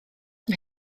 mae